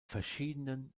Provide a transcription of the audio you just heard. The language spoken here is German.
verschiedenen